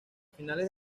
finales